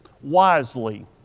wisely